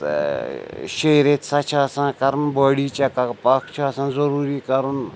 شیٚیہِ ریٚتھِ سا چھِ آسان کَرُن باڈی چَک اَپ اَکھ چھِ آسان ضٔروٗری کَرُن